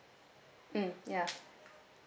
mm ya